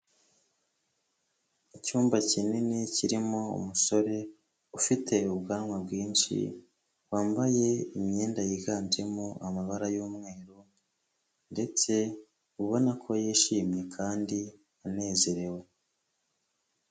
Icyumba kinini kirimo umusore ufite ubwanwa bwinshi wambaye imyenda yiganjemo amabara y'umweru, ndetse ubona ko yishimye kandi anezerewe.